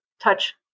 touch